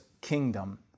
kingdom